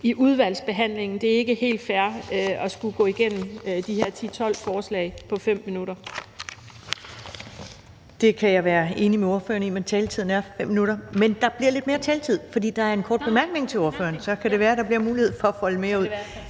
i udvalgsbehandlingen, for det er ikke helt fair at skulle gå igennem de her 10-12 forslag på 5 minutter. Kl. 13:51 Første næstformand (Karen Ellemann): Det kan jeg være enig med ordføreren i, men taletiden er 5 minutter. Men der bliver lidt mere taletid, for der er en kort bemærkning til ordføreren, og så kan det være, at der bliver mulighed for at folde det lidt